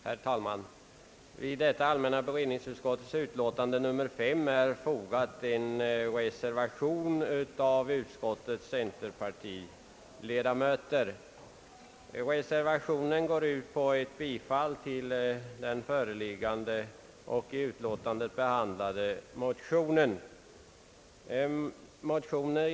Herr talman! Vid allmänna beredningsutskottets utlåtande nr 5 är fogad en reservation av utskottets centerpartiledamöter, som går ut på bifall till den föreliggande och i utskottsutlåtandet behandlade motionen.